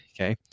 okay